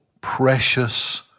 precious